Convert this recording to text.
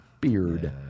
Beard